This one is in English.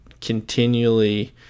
continually